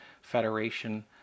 Federation